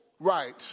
right